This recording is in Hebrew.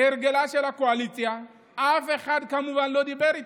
כהרגלה של הקואליציה, אף אחד כמובן לא דיבר איתי.